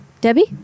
debbie